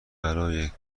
برای